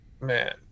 man